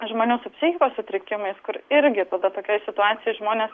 žmonių su psichikos sutrikimais kur irgi tokioj situacijoj žmonės